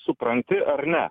supranti ar ne